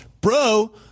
Bro